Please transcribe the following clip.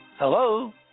Hello